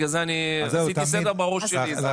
בגלל זה אני עשיתי סדר בראש שלי.